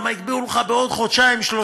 למה יקבעו לך בעוד חודשיים-שלושה.